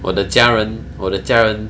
我的家人我的家人